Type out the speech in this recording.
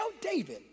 David